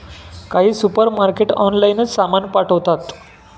काही सुपरमार्केट ऑनलाइनच सामान पाठवतात